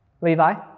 Levi